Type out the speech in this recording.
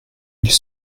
ils